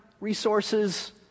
resources